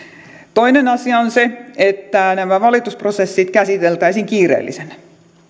toinen asia on se että nämä valitusprosessit käsiteltäisiin kiireellisenä